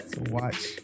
watch